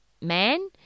man